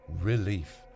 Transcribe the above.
relief